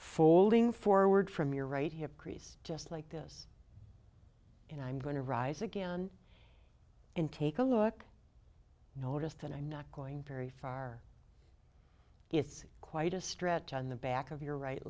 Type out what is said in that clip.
for old ing forward from your right hip crease just like this and i'm going to rise again and take a look noticed that i'm not going very far it's quite a stretch on the back of your right